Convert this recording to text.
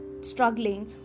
struggling